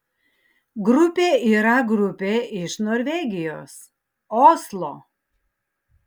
grupė yra grupė iš norvegijos oslo